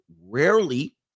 rarely